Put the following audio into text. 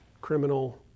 criminal